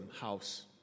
house